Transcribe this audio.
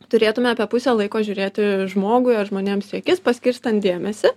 turėtume apie pusę laiko žiūrėti žmogui ar žmonėms į akis paskirstant dėmesį